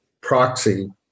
proxy